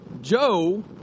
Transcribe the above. Joe